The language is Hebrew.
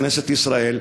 בכנסת ישראל,